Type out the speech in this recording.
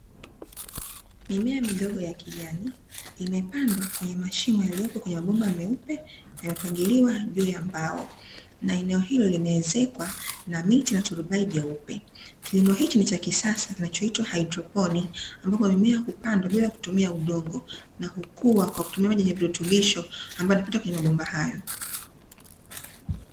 Mimea midogo ya kijani imepandwa kwenye mashimo yaliyopo kwenye mabomba meupe, yamepangiliwa juu ya mbao na eneo hilo limeezekwa na miti na turubai jeupe. Kilimo hiki ni cha kisasa kinachoitwa haidroponi, ambapo mimea hupandwa bila kutumia udongo na hukua kwa kutumia maji yenye virutubisho ambayo yanapita kwenye mabomba hayo.